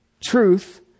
Truth